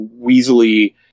weaselly